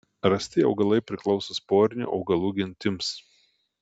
rasti augalai priklauso sporinių augalų gentims